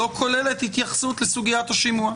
לא כוללת התייחסות לסוגיית השימוע.